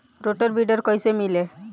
Rotor weeder कईसे मिले?